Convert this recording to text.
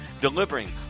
Delivering